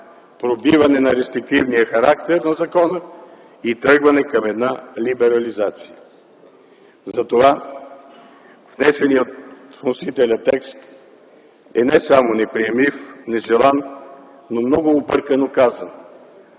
пробиване на рестриктивния характер на закона и тръгване към една либерализация. Затова внесеният текст от вносителя е не само неприемлив, нежелан, но е много объркано казан.